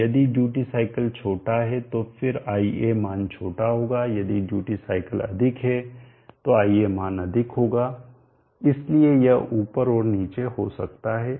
तो यदि duty cycle छोटा है तो फिर ia मान छोटा होगा यदि ड्यूटी साइकिल अधिक है तो ia मान अधिक होगा इसलिए यह ऊपर और नीचे जा सकता है